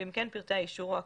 ואם כן פרטי האישור או ההכרה,